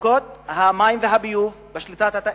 מחלקות המים והביוב בשליטת התאגידים,